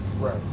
Right